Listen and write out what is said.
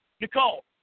Nicole